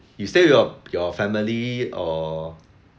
you stay with your your family or